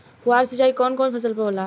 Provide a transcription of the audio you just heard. फुहार सिंचाई कवन कवन फ़सल पर होला?